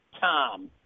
Tom